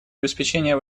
обеспечения